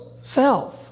self